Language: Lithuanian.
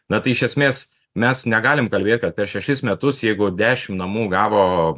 na tai iš esmės mes negalim kalbėt kad per šešis metus jeigu dešim namų gavo